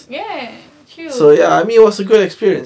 ya few